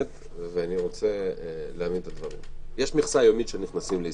יש מכסה יומית של נכנסים לישראל,